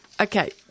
Okay